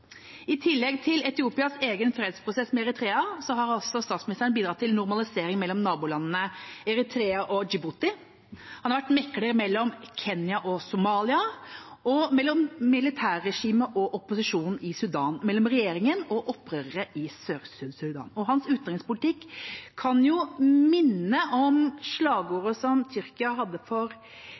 I tillegg til Etiopias egen fredsprosess med Eritrea har statsministeren bidratt til normalisering mellom nabolandene Eritrea og Djibouti, han har vært mekler mellom Kenya og Somalia, mellom militærregimet og opposisjonen i Sudan og mellom regjeringen og opprørere i Sør-Sudan. Hans utenrikspolitikk kan minne om slagordet som Tyrkia, eller Tyrkias daværende utenriksminister, hadde for